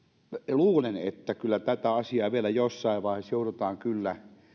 luulen että tätä asiaa jossain vaiheessa joudutaan kyllä